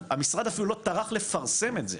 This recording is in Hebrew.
המשרד אפילו לא טרח לפרסם את זה,